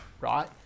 right